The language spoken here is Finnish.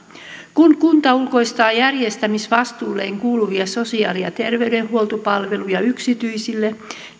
kun kunta ulkoistaa järjestämisvastuulleen kuuluvia sosiaali ja terveydenhuoltopalveluja yksityisille